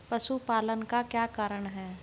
पशुपालन का क्या कारण है?